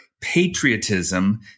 patriotism